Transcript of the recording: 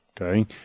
okay